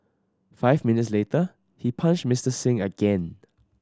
five minutes later he punched Mister Singh again